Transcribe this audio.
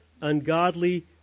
ungodly